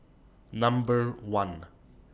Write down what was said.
Number one